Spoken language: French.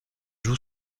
joue